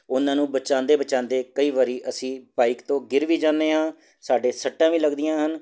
ਉਹਨਾਂ ਨੂੰ ਬਚਾਉਂਦੇ ਬਚਾਉਂਦੇ ਕਈ ਵਾਰੀ ਅਸੀਂ ਬਾਈਕ ਤੋਂ ਗਿਰ ਵੀ ਜਾਂਦੇ ਹਾਂ ਸਾਡੇ ਸੱਟਾਂ ਵੀ ਲੱਗਦੀਆਂ ਹਨ